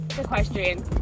equestrian